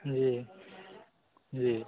जी जी